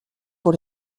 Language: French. pour